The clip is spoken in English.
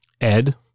Ed